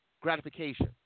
gratification